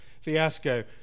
fiasco